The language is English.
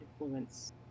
influence